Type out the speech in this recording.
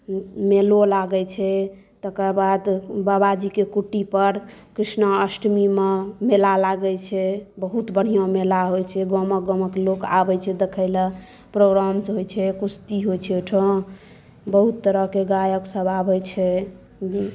मेलो लागै छै तकर बाद बाबाजीके कुटी पर कृष्णाष्टमीमे मेला लागै छै बहुत बढ़िआँ मेला होइ छै गामक गामक लोक आबै छै देख़य लए प्रोग्रामस होइ छै कुश्ती होइ छै ओहिठाम बहुत तरहक गायकसभ आबय छै